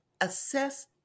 assess